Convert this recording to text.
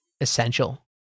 essential